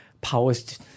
powers